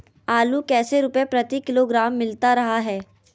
आलू कैसे रुपए प्रति किलोग्राम मिलता रहा है?